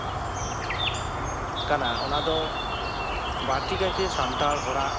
ᱠᱟᱱᱟ ᱚᱱᱟᱫᱚ ᱵᱟᱹᱲᱛᱤ ᱠᱟᱭᱛᱮ ᱥᱟᱱᱛᱟᱲ ᱦᱚᱲᱟᱜ